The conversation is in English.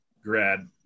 grad